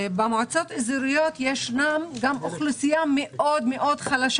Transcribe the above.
במועצות האזורית יש גם אוכלוסייה חלשה.